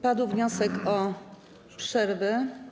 Padł wniosek o przerwę.